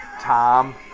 Tom